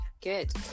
Good